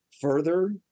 further